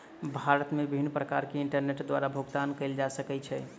भारत मे विभिन्न प्रकार सॅ इंटरनेट द्वारा भुगतान कयल जा सकै छै